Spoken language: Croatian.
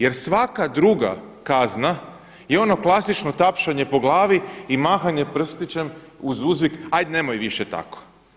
Jer svaka druga kazna je ono klasično tapšanje po glavi i mahanje prstićem uz uzvik „aj, nemoj više tako“